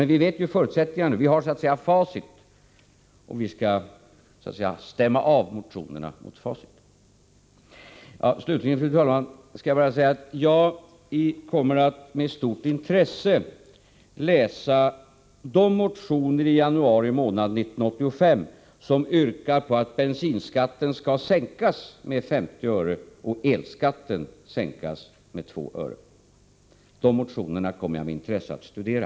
Men vi känner nu till förutsättningarna; vi har så att säga facit, och vi får stämma av motionerna mot facit. Slutligen, fru talman, vill jag bara säga att jag med stort intresse kommer att läsa de motioner där man i januari 1985 yrkar på att bensinskatten skall sänkas med 50 öre och att elskatten skall sänkas med 2 öre! De motionerna kommer jag som sagt att med intresse studera.